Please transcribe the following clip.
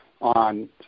on